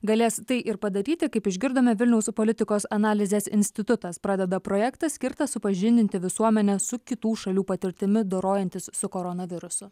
galės tai ir padaryti kaip išgirdome vilniaus politikos analizės institutas pradeda projektą skirtą supažindinti visuomenę su kitų šalių patirtimi dorojantis su koronavirusu